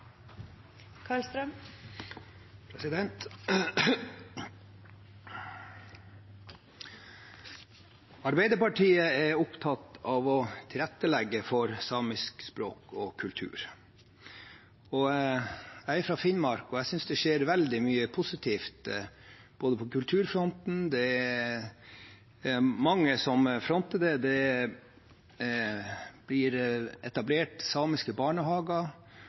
i Kautokeino. Arbeiderpartiet er opptatt av å tilrettelegge for samisk språk og kultur. Jeg er fra Finnmark og synes det skjer veldig mye positivt, bl.a. på kulturfronten. Det er mange som fronter dette. Samiske barnehager blir etablert,